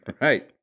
Right